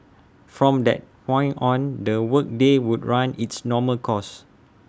from that point on the work day would run its normal course